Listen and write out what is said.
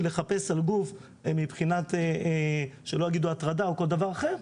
לחפש על גוף מבחינת שלא יגידו הטרדה או כל דבר אחר,